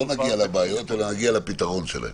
לא נגיע לבעיות אלא נגיע לפתרון שלהן.